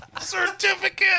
Certificate